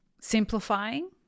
simplifying